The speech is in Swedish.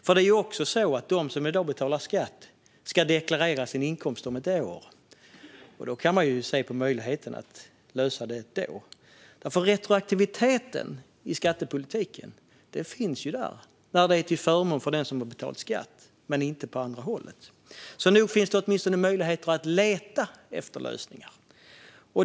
Det är ju också så att de som i dag betalar skatt ska deklarera sin inkomst om ett år, och man kan se på möjligheten att lösa det då. Retroaktiviteten i skattepolitiken finns ju där när den är till förmån för den som har betalat skatt, men inte åt andra hållet. Nu finns det åtminstone möjligheter att leta efter lösningar.